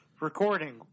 Recording